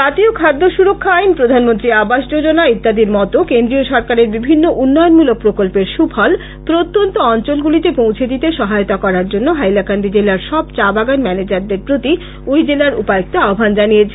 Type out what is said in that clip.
জাতীয় খাদ্য সুরক্ষা আইন প্রধানমন্ত্রী আবাস যোজনা ইত্যাদির মতো কেন্দ্রীয় সরকারের বিভিন্ন উন্নয়নমূলক প্রকল্পের সুফল প্রত্যন্ত অঞ্চলগুলিতে পৌছে দিতে সহায়তা করার জন্য হাইলাকান্দি জেলার সব চাবাগান ম্যানেজারদের প্রতি ঐ জেলার উপায়ক্ত আহ্বান জানিয়েছেন